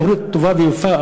התוכנית טובה ויפה,